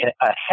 ahead